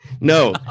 No